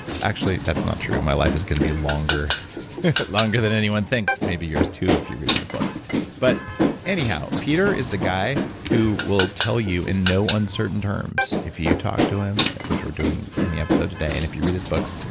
actually, that's not true. my life is going to be longer longer than anyone thinks. maybe yours too if you read my book but anyhow, peter is the guy who will tell you in no uncertain terms if you talk to him, which we're doing in the episode today, and if you read his books,